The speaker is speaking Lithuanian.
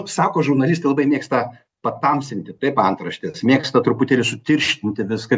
sako žurnalistai labai mėgsta patamsinti taip antraštes mėgsta truputį ir sutirštinti viską